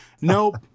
nope